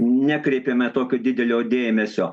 nekreipėme tokio didelio dėmesio